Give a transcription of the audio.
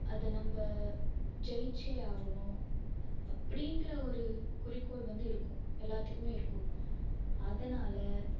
அதை நம்ப ஜெயித்தே ஆகணும் அப்படிங்கிற ஒரு குறிக்கோள் வந்து இருக்கும் எல்லாத்துக்குமே இருக்கும் அதனாலே